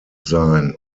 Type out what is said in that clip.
sein